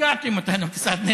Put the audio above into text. שיגעתם אותנו,